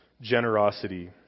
generosity